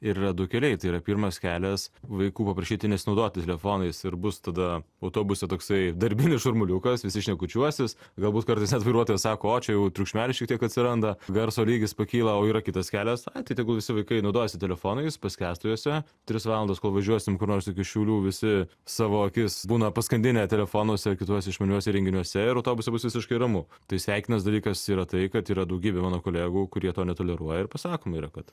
ir yra du keliai tai yra pirmas kelias vaikų paprašyti nesinaudoti telefonais ir bus tada autobuse toksai darbinis šurmuliukas visi šnekučiuosis galbūt kartais net vairuotojas sako o čia jau triukšmelis šiek tiek atsiranda garso lygis pakyla o yra kitas kelias tai tegul visi vaikai naudojasi telefonais paskęstų juose tris valandas kol važiuosim kur nors iki šiaulių visi savo akis būna paskandinę telefonuose kituose išmaniuose įrenginiuose ir autobuse bus visiškai ramu tai sveikinantis dalykas yra tai kad yra daugybė mano kolegų kurie to netoleruoja ir pasakoma yra kad